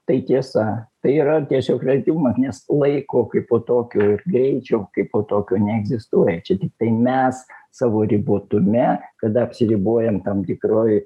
tai tiesa tai yra tiesiog vertimat nes laiko kai po tokio ir greičio kaip po tokio neegzistuoja čia tiktai mes savo ribotume kada apsiribojam tam tikroj